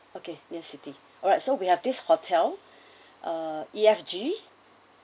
okay near city alright so we have this hotel uh E F G